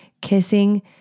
Kissing